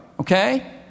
okay